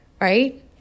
right